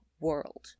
world